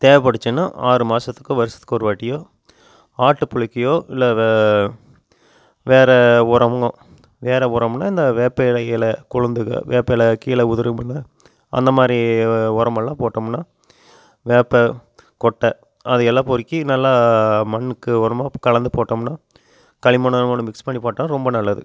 தேவைப்பட்டுச்சுன்னா ஆறு மாதத்துக்கு வருடத்துக்கு ஒரு வாட்டியோ ஆட்டுப்புழுக்கையோ இல்லை வே வேறு உரம் வேறு உரமுன்னால் இந்த வேப்பம் இலைகளை கொழுந்துகள் வேப்பம் இல கீழே உதிரும்ல்ல அந்த மாதிரி உரமெல்லாம் போட்டம்ன்னா வேப்பம் கொட்டை அதையெல்லாம் பொறுக்கி நல்லா மண்ணுக்கு உரமாக கலந்து போட்டமுன்னால் களிமண் ஓட மிக்ஸ் பண்ணி போட்டால் ரொம்ப நல்லது